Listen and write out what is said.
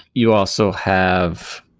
you also have